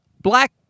black